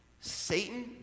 Satan